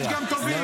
אמרתי שיש גם טובים,